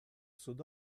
sud